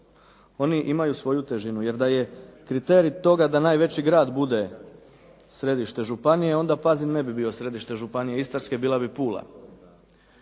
oni imaju svoju težinu jer da je kriterij toga da najveći grad bude središte županije, onda Pazin ne bi bio središte Županije istarske, bila bi Pula.